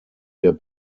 der